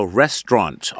restaurant